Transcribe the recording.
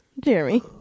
Jeremy